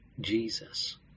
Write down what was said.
Jesus